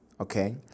Okay